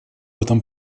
этом